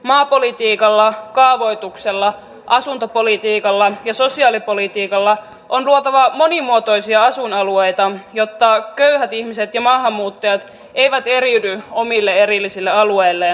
maapolitiikalla kaavoituksella asuntopolitiikalla ja sosiaalipolitiikalla on luotava monimuotoisia asuinalueita jotta köyhät ihmiset ja maahanmuuttajat eivät eriydy omille erillisille alueilleen